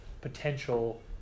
potential